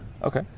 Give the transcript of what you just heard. Okay